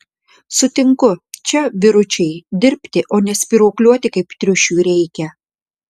sutinku čia vyručiai dirbti o ne spyruokliuoti kaip triušiui reikia